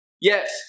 Yes